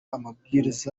amabwiriza